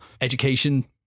Education